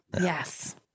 Yes